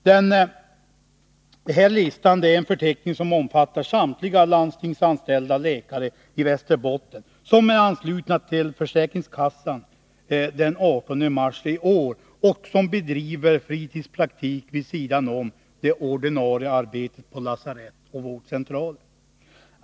Den lista jag här har omfattar samtliga landstingsanställda läkare i Västerbotten som är anslutna till försäkringskassan den 18 mars i år och som bedriver fritidspraktik vid sidan om det ordinarie arbetet på lasarett och vårdcentraler.